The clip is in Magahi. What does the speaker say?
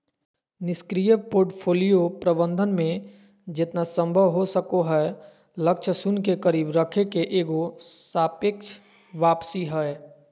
निष्क्रिय पोर्टफोलियो प्रबंधन मे जेतना संभव हो सको हय लक्ष्य शून्य के करीब रखे के एगो सापेक्ष वापसी हय